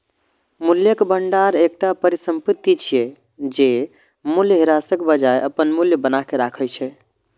मूल्यक भंडार एकटा परिसंपत्ति छियै, जे मूल्यह्रासक बजाय अपन मूल्य बनाके राखै छै